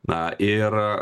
na ir